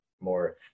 more